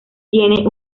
tiene